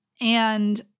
And-